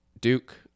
Duke